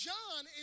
John